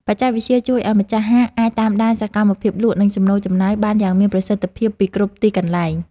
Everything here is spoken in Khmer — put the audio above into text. បច្ចេកវិទ្យាជួយឱ្យម្ចាស់ហាងអាចតាមដានសកម្មភាពលក់ និងចំណូលចំណាយបានយ៉ាងមានប្រសិទ្ធភាពពីគ្រប់ទីកន្លែង។